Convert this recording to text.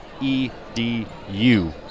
E-D-U